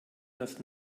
das